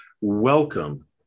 welcome